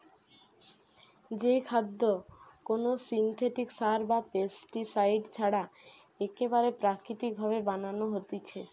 যেই খাদ্য কোনো সিনথেটিক সার বা পেস্টিসাইড ছাড়া একেবারে প্রাকৃতিক ভাবে বানানো হতিছে